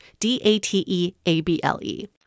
dateable